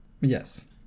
Yes